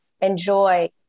enjoy